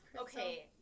Okay